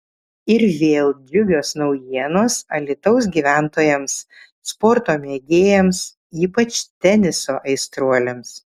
ir vėl džiugios naujienos alytaus gyventojams sporto mėgėjams ypač teniso aistruoliams